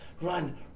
run